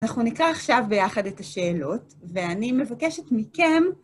אנחנו נקרא עכשיו ביחד את השאלות ואני מבקשת מכם...